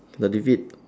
he got defeat